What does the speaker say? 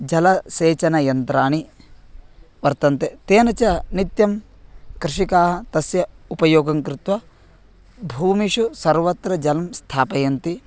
जलसेचनयन्त्राणि वर्तन्ते तेन च नित्यं कृषिकाः तस्य उपयोगं कृत्वा भूमिषु सर्वत्र जलं स्थापयन्ति